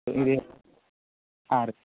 ഇത് ആറ്